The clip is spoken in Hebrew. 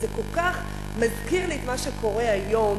זה כל כך מזכיר לי את מה שקורה היום.